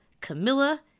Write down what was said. Camilla